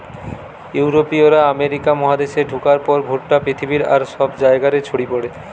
ইউরোপীয়রা আমেরিকা মহাদেশে ঢুকার পর ভুট্টা পৃথিবীর আর সব জায়গা রে ছড়ি পড়ে